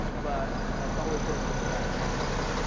but that's always going to be in the back of your mind.